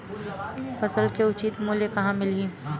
फसल के उचित मूल्य कहां मिलथे?